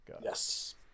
Yes